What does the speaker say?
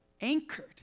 anchored